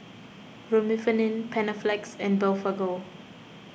Remifemin Panaflex and Blephagel